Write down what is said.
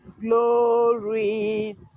Glory